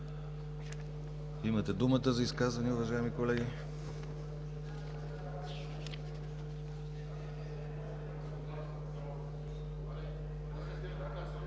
Имате думата за изказвания, уважаеми колеги.